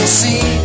see